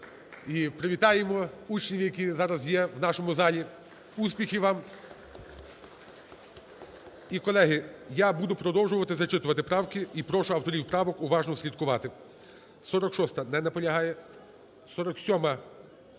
І привітаємо учнів, які зараз є в нашому залі. Успіхів вам. (Оплески) І, колеги, я буду продовжувати зачитувати правки і прошу авторів правок уважно слідкувати. 46-а. Не наполягає. 47-а.